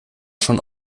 schon